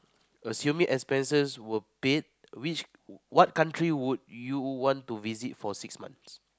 assuming expenses were paid which what country would you want to visit for six months